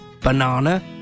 banana